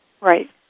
Right